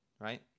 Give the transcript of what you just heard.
right